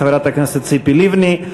חברת הכנסת ציפי לבני.